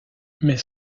mais